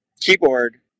keyboard